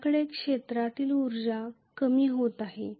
आपल्याकडे क्षेत्रातील उर्जा कमी होत आहे